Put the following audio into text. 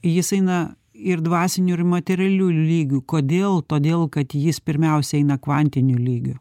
jis eina ir dvasiniu ir materialiu lygiu kodėl todėl kad jis pirmiausia eina kvantiniu lygiu